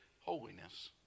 holiness